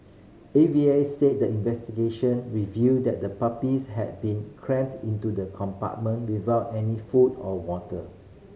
A V A said the investigation revealed that the puppies had been crammed into the compartment without any food or water